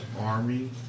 army